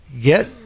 get